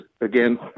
again